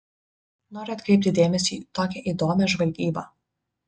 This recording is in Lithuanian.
noriu atkreipti dėmesį į tokią įdomią žvalgybą